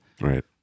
Right